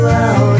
out